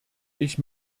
ich